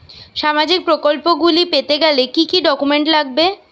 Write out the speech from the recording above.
সামাজিক প্রকল্পগুলি পেতে গেলে কি কি ডকুমেন্টস লাগবে?